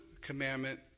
commandment